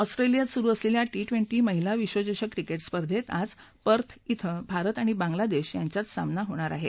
ऑस्ट्रेलियात सुरु असलेल्या टी ट्वेंटी महिला विश्वचषक क्रिकेट स्पर्धेत आज पर्थ क्रिं भारत आणि बांगलादेश यांच्यात सामना होणार आहे